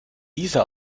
diese